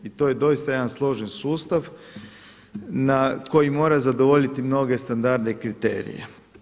I to je doista jedan složen sustav koji mora zadovoljiti mnoge standarde i kriterije.